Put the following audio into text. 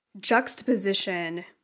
juxtaposition